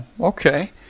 Okay